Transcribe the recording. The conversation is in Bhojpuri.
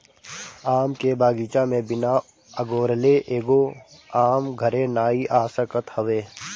आम के बगीचा में बिना अगोरले एगो आम घरे नाइ आ सकत हवे